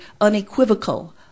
unequivocal